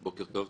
בוקר טוב.